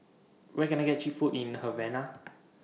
Where Can I get Cheap Food in Havana